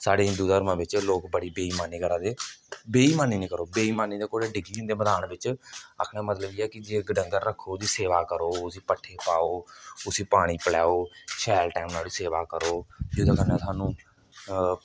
साढ़े हिंदू धर्मै बिच्च लोक बड़ी बेइमानी करा दे बेइमानी नेईं करो बेइमानी दे घोड़े डिग्गी जंदे मदान बिच्च आखने दा मतलब इयै कि जे इक डंगर रक्खो ओह्दी सेवा करो उसी पट्ठे पाओ उसी पानी पलैओ शैल टैमे उप्पर उसी सेवा करो फ्ही ओहदे कन्नै सानूं